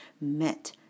met